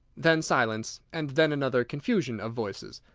then silence, and then another confusion of voices